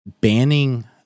banning